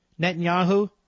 Netanyahu